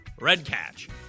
Redcatch